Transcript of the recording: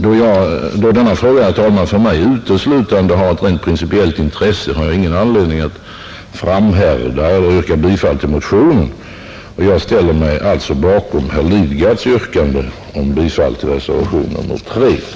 Då denna fråga, herr talman, för mig uteslutande har ett rent principiellt intresse, har jag ingen anledning att yrka bifall till motionen. Jag ställer mig alltså bakom herr Lidgards yrkande om bifall till reservationen III.